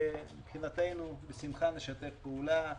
מבחינתנו בשמחה נשתף פעולה.